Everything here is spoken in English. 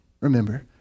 remember